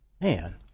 man